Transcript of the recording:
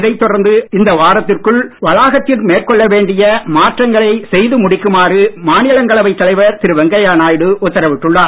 இதைத் தொடர்ந்து இந்த வாரத்திற்குள் வளாகத்தில் மேற்கொள்ள வேண்டிய மாற்றங்களை செய்து முடிக்குமாறு மாநிலங்களவைத் தலைவர் திரு வெங்கையா நாயுடு உத்தரவிட்டுள்ளார்